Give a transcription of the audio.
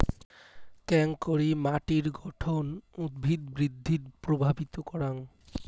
কেঙকরি মাটির গঠন উদ্ভিদ বৃদ্ধিত প্রভাবিত করাং?